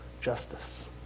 justice